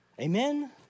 Amen